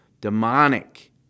demonic